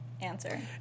answer